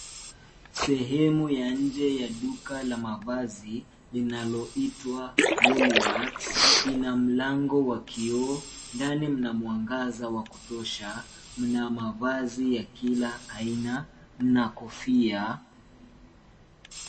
Sehemu ya nje ya duka la mavazi, linaloitwa Woolworths. Ina mlango wa kioo. Ndani mna mwangaza wa kutosha, mna mavazi ya kila aina, mna kofia.